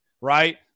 right